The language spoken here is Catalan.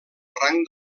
rang